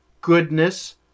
goodness